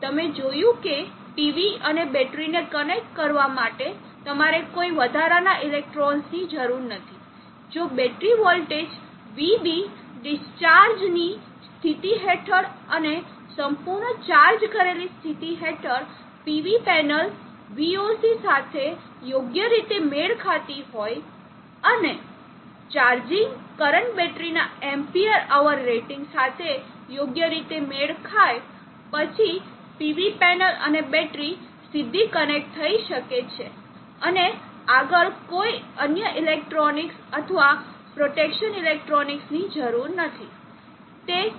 તમે જોયું કે PV અને બેટરીને કનેક્ટ કરવા માટે તમારે કોઈ વધારાના ઇલેક્ટ્રોનિક્સની જરૂર નથી જો બેટરી વોલ્ટેજ vB ડિસ્ચાર્જની સ્થિતિ હેઠળ અને સંપૂર્ણ ચાર્જ કરેલી સ્થિતિ હેઠળ PV પેનલ VOC સાથે યોગ્ય રીતે મેળ ખાતી હોય અને ચાર્જીંગ કરંટ બેટરીના એમ્પીઅર અવર રેટીંગ સાથે યોગ્ય રીતે મેળ ખાય પછી PV પેનલ અને બેટરી સીધી કનેક્ટ થઈ શકે છે અને આગળ કોઈ અન્ય ઇલેક્ટ્રોનિક્સ અથવા પ્રોટેકશન ઇલેક્ટ્રોનિક્સ ની જરૂર નથી